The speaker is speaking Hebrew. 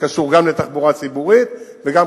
שקשור גם לתחבורה ציבורית וגם,